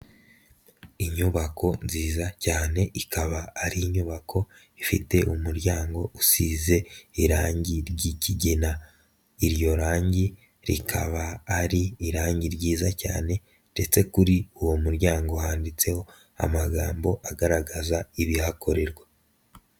Inyubako nziza cyane ikaba ari inyubako ifite umuryango usize irangi ry'ikigena, iryo rangi rikaba ari irangi ryiza cyane ndetse kuri uwo muryango handitseho amagambo agaragaza ibihakorerwa.